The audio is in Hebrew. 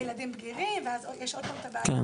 הילדים גדלים ואז יש עוד פעם את בעיה,